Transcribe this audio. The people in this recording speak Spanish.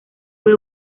fue